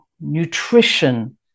nutrition